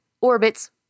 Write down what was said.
orbits